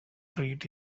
treat